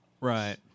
right